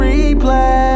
Replay